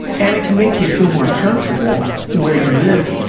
and it can make you feel more comfortable where you live,